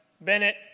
Bennett